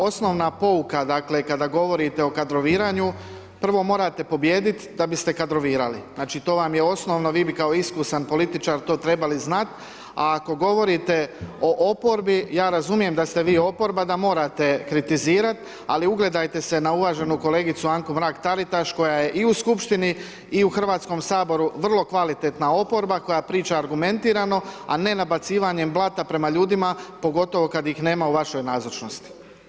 Osnovna pouka dakle, kada govorite o kadroviranju, prvo morate pobijedit da biste kadrovirali, znači to vam je osnovno, vi bi kao iskusni političar to trebali znat, a ako govorite o oporbi, ja razumijem da ste vi oporba, da morate kritizirat, ali ugledajte se na uvaženu kolegicu Anku Mrak-Taritaš, koja je i u Skupštini i u Hrvatskom saboru, vrlo kvalitetna oporba koja priča argumentirano, a ne nabacivanjem blata prema ljudima, pogotovo kad ih nema u vašoj nazočnosti.